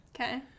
Okay